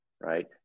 Right